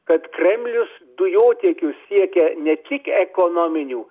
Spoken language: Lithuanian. kad kremlius dujotiekiu siekia ne tik ekonominių